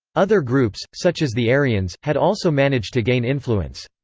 other groups, such as the arians, had also managed to gain influence.